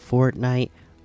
Fortnite